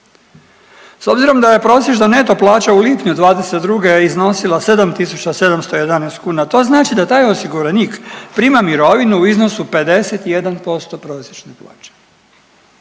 S obzirom da je prosječna neto plaća u lipnju '22. iznosila 7.711 kuna, to znači da taj osiguranik prima mirovinu u iznosu 51% prosječne plaće,